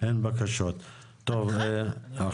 הוא לא אמור להיות,